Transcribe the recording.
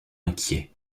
inquiet